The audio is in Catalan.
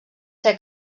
ser